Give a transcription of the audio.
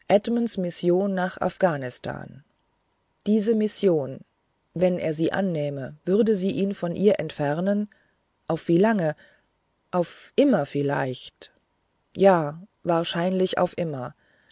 edmunds mission nach afghanistan diese mission wenn er sie annähme würde sie ihn von ihr entfernen auf wie lange auf immer vielleicht ja wahrscheinlich auf immer